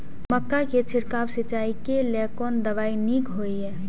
मक्का के छिड़काव सिंचाई के लेल कोन दवाई नीक होय इय?